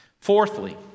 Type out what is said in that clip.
Fourthly